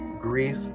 grief